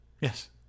yes